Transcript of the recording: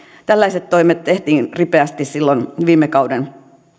tällaiset toimet tehtiin ripeästi silloin viime kauden